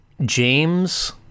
James